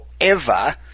forever